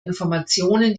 informationen